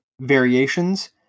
variations